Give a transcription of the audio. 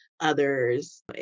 others